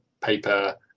paper